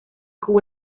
koe